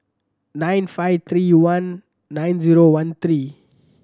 nine five three one nine zero one three